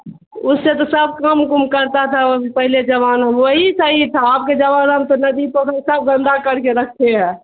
اس سے تو سب کم کم کرتا تھا پہلے زمانہ میں وہی صحیح تھا اب کے زمانہ میں تو ندی پوکھر سب گندا کر کے رکھتے ہیں